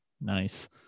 nice